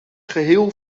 geheel